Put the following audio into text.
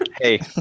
Hey